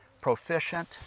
proficient